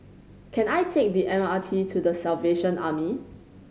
can I take the M R T to The Salvation Army